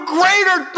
greater